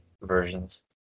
versions